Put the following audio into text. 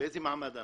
באיזה מעמד אנחנו?